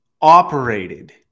operated